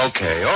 Okay